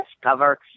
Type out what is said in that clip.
cover